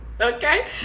okay